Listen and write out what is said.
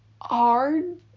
hard